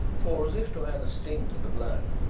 for, as if to add a sting to the blow,